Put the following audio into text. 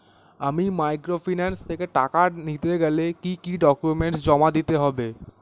আমি মাইক্রোফিন্যান্স থেকে টাকা নিতে গেলে কি কি ডকুমেন্টস জমা দিতে হবে?